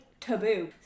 taboo